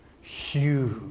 Huge